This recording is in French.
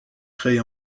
créée